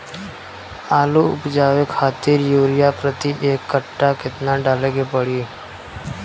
आलू उपजावे खातिर यूरिया प्रति एक कट्ठा केतना डाले के पड़ी?